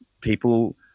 people